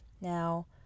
Now